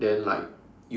then like